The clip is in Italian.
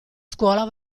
scuola